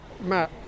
Matt